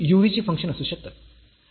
ती u v ची functions असू शकतात